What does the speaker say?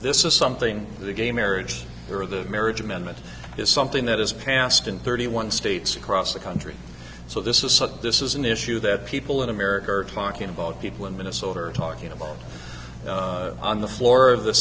this is something the gay marriage or the marriage amendment is something that is passed in thirty one states across the country so this is a this is an issue that people in america are talking about people in minnesota are talking about on the floor of the